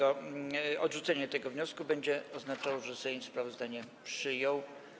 Odrzucenie tego wniosku będzie oznaczało, że Sejm sprawozdanie przyjął.